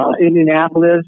Indianapolis